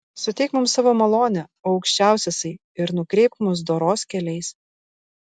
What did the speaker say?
suteik mums savo malonę o aukščiausiasai ir nukreipk mus doros keliais